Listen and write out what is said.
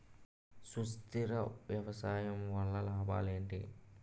సుస్థిర వ్యవసాయం వల్ల లాభాలు ఏంటి?